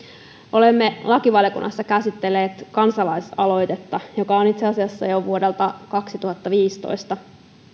olemme lakivaliokunnassa käsitelleet kansalaisaloitetta joka on itse asiassa jo vuodelta kaksituhattaviisitoista